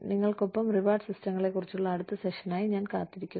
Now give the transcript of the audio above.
നിങ്ങൾക്കൊപ്പം റിവാർഡ് സിസ്റ്റങ്ങളെക്കുറിച്ചുള്ള അടുത്ത സെഷനായി ഞാൻ കാത്തിരിക്കുന്നു